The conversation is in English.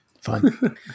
Fun